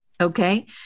Okay